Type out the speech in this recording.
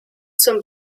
zum